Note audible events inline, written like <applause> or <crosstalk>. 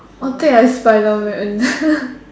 or take like Spiderman <laughs>